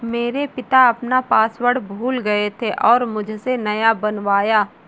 मेरे पिता अपना पासवर्ड भूल गए थे और मुझसे नया बनवाया